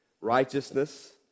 Righteousness